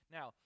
Now